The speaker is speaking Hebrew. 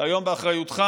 שהיום באחריותך.